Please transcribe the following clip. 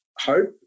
hope